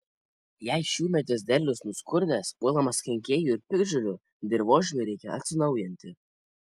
jei šiųmetis derlius nuskurdęs puolamas kenkėjų ir piktžolių dirvožemiui reikia atsinaujinti